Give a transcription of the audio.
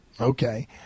Okay